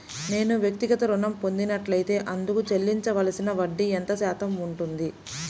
నేను వ్యక్తిగత ఋణం పొందినట్లైతే అందుకు చెల్లించవలసిన వడ్డీ ఎంత శాతం ఉంటుంది?